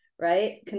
right